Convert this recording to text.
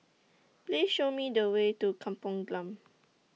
Please Show Me The Way to Kampung Glam